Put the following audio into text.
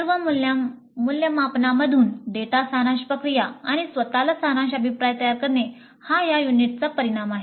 सर्व मूल्यमापनांमधून डेटा सारांश प्रक्रिया आणि स्वत ला सारांश अभिप्राय तयार करणे हा युनिटचा परिणाम आहे